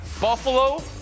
Buffalo